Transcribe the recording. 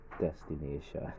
destination